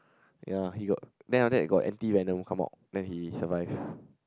ya he got then after that he got anti Venom come out then he survived